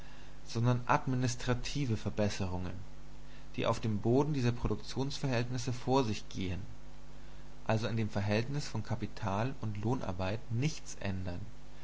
sondern administrative verbesserungen die auf dem boden dieser produktionsverhältnisse vor sich gehen also an dem verhältnis von kapital und lohnarbeit nichts ändern